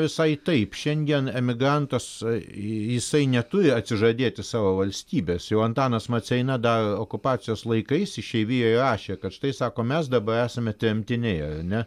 visai taip šiandien emigrantas jisai neturi atsižadėti savo valstybės jau antanas maceina dar okupacijos laikais išeivijoj rašė kad štai sako mes dabar esame tremtiniai ar ne